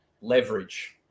leverage